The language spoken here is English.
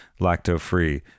lacto-free